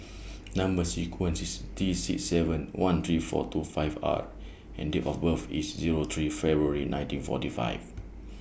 Number sequence IS T six seven one three four two five R and Date of birth IS Zero three February nineteen forty five